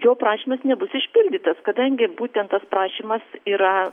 jo prašymas nebus išpildytas kadangi būtent tas prašymas yra